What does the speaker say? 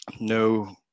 No